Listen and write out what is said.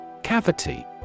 Cavity